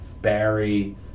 Barry